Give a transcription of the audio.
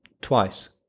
Twice